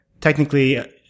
technically